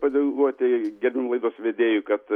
pagalvoti gerbiamam laidos vedėjui kad